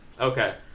Okay